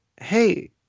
hey